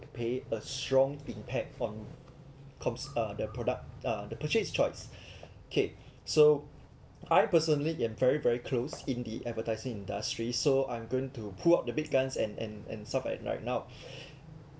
pay a strong impact from coms~ uh the product uh the purchase choice okay so I'm personally am very very close in the advertising industry so I'm going to pull up the big guns and and and at right now